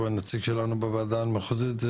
הוא נציג שלנו בוועדה המחוזית,